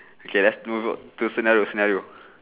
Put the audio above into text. okay let's move on to scenario scenario